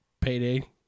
payday